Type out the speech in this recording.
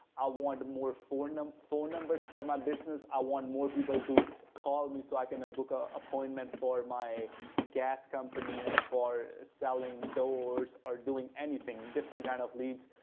i want more for and um phone numbers for my business. i want more people to call me so i can ah book an ah appointment for my gas company, for selling doors or doing anything, different kind of leads.